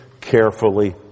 carefully